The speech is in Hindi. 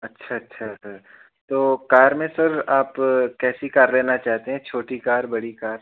अच्छा अच्छा सर तो कार में सर आप कैसी कार लेना चाहते हैं छोटी कार बड़ी कार